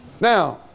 Now